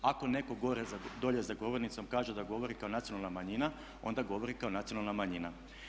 Ako netko dolje za govornicom kaže da govori kao nacionalna manjina, onda govori kao nacionalna manjina.